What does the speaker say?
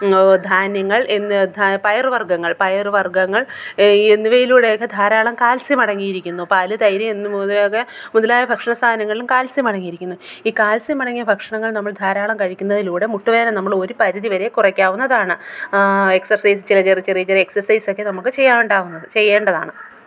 ധാന്യങ്ങള് എന്ന് പയർ വര്ഗ്ഗങ്ങള് പയർ വര്ഗ്ഗങ്ങള് എന്നിവയിലൂടെയൊക്കെ ധാരാളം കാല്സ്യം അടങ്ങിയിരിക്കുന്നു പാൽ തൈര് എന്നു മുതലൊക്കെ മുതലായ ഭക്ഷണ സാധനങ്ങളിലും കാല്സ്യം അടങ്ങിയിരിക്കുന്നു ഈ കാല്സ്യമടങ്ങിയ ഭക്ഷണങ്ങള് നമ്മള് ധാരാളം കഴിക്കുന്നതിലൂടെ മുട്ടുവേദന നമ്മൾ ഒരു പരിധിവരെ കുറയ്ക്കാവുന്നതാണ് എക്സര്സൈസ് ചെറു ചെറു ചെറിയ ചെറിയ എക്സര്സൈസൊക്കെ നമുക്ക് ചെയ്യാനുണ്ടാവുന്നത് ചെയ്യേണ്ടതാണ്